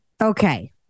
Okay